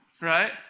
Right